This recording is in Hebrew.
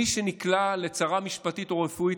מי שנקלע לצרה משפטית או רפואית,